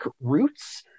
roots